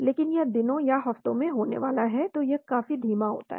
लेकिन यह दिनों या हफ्तों में होने वाला है तो यह काफी धीमा होता है